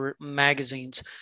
magazines